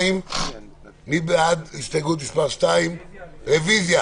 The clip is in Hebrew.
מי בעד הרוויזיה